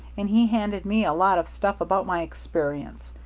and he handed me a lot of stuff about my experience.